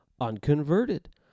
unconverted